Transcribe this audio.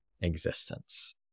existence